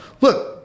Look